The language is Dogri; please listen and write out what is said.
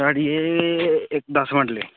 साढ़ी एह् इक दस्स मरले